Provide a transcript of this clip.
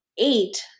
eight